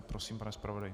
Prosím, pane zpravodaji.